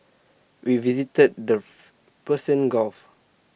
we visited their Persian gulf